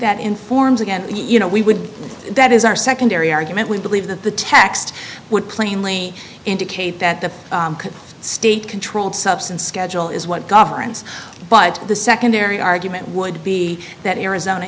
that informs again you know we would that is our secondary argument we believe that the text would plainly indicate that the state controlled substance schedule is what governs but the secondary argument would be that arizona